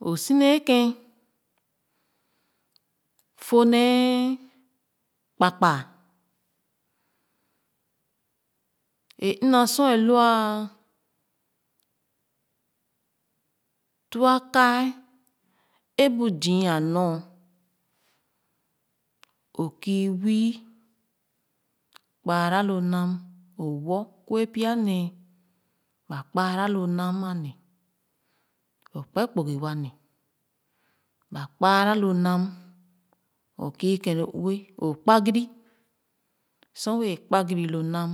so si ne keh fo nee zii a nor o kii wii kpaara lo nam o woo kue pya nee ba kpaara lo nam ale o kpe kpugi wa nee ba kpaara lo nam o kii kèn lo ue o kpa-giri sor wɛɛ kpangiri lo nam.